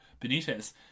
Benitez